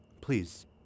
please